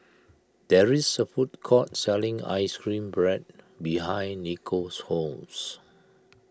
there is a food court selling Ice Cream Bread behind Nicole's house